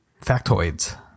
factoids